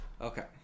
Okay